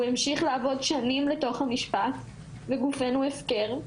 הוא המשיך לעבוד שנים לתוך המשפט וגופנו ההפקר.